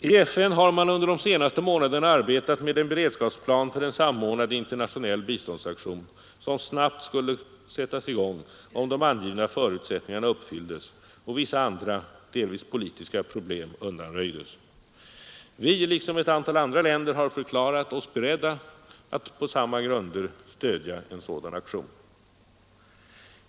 I FN har man under de senaste månaderna arbetat med en beredskapsplan för en samordnad internationell biståndsaktion, som snabbt skulle sättas i gång om de angivna förutsättningarna uppfylldes och vissa andra delvis politiska problem undanröjdes. Vi liksom ett antal andra länder har förklarat oss beredda att — på samma grunder — stödja en sådan aktion.